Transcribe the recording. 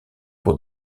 pour